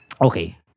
okay